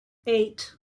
eight